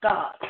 God